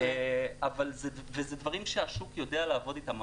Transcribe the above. זה דברים שהשוק יודע לעבוד אתם,